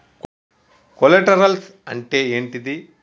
Collaterals అంటే ఏంటిది?